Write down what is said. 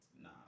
nah